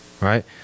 Right